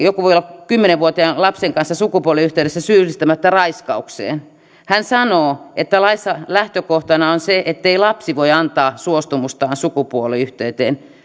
joku voi olla kymmenen vuotiaan lapsen kanssa sukupuoliyhteydessä syyllistymättä raiskaukseen hän sanoo että laissa lähtökohtana on se ettei lapsi voi antaa suostumustaan sukupuoliyhteyteen